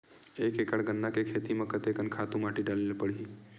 एक एकड़ गन्ना के खेती म कते कन खातु माटी डाले ल पड़ही?